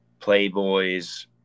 Playboys